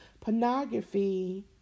pornography